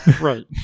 Right